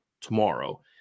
tomorrow